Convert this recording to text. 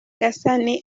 gasani